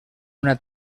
una